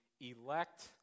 elect